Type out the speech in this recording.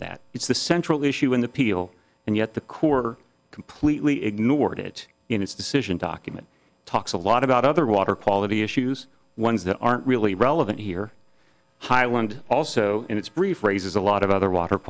of that it's the central issue in the peel and yet the quarter completely ignored it in its decision document talks a lot about other water quality issues ones that aren't really relevant here highland also in its brief raises a lot of other water